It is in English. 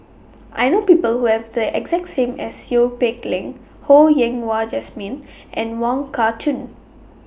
I know People Who Have The exact name as Seow Peck Leng Ho Yen Wah Jesmine and Wong Kah Chun